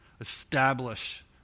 establish